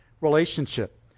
relationship